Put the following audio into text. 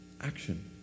Action